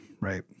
Right